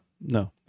No